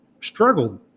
struggled